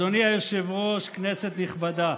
אדוני היושב-ראש, כנסת נכבדה,